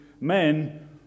men